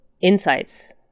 insights